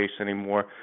anymore